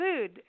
food